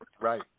Right